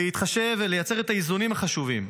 כדי לייצר את האיזונים החשובים,